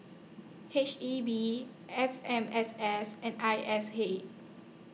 H E B F M S S and I S A